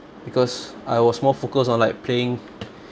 because I was more focused on like playing